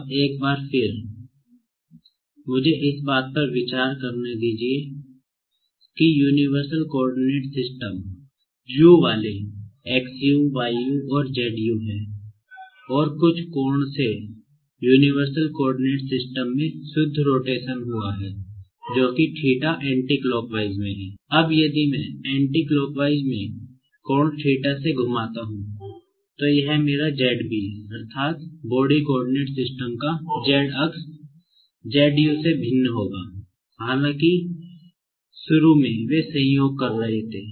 अब मैं केवल केवल रोटेशन का Z अक्ष ZU से भिन्न होगा हालाँकि शुरू में वे संयोग कर रहे थे